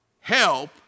Help